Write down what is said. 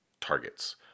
targets